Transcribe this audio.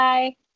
Bye